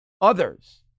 others